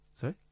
Sorry